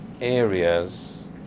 areas